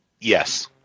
Yes